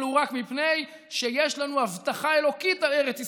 ולו רק מפני שיש לנו הבטחה אלוקית על ארץ ישראל.